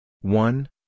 one